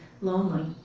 lonely